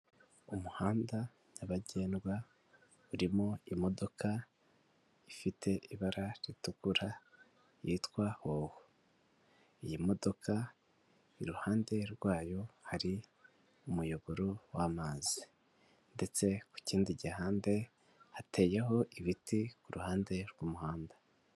Umuhanda nyabagendwa urimo imodoka ifite ibara ritukura, yitwa Hoho. Iyi modoka iruhande rwayo hari umuyoboro w'amazi. Ndetse ku kindi gihande hateyeho ibiti ku ruhande rw'umuhanda.